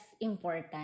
important